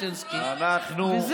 אדוני היושב-ראש,